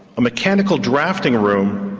a mechanical drafting room,